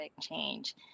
change